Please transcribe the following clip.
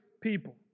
people